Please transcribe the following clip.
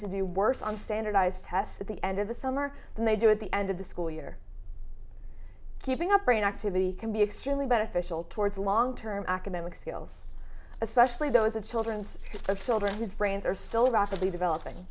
to do worse on standardized tests at the end of the summer than they do at the end of the school year keeping up brain activity can be extremely beneficial towards long term academic skills especially those of childrens of children whose brains are still rapidly developing